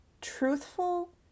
truthful